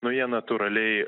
nu jie natūraliai